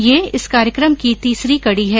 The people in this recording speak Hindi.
यह इस कार्यक्रम की तीसरी कड़ी है